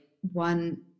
one